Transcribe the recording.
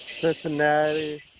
Cincinnati